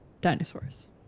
dinosaurs